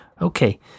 Okay